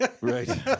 Right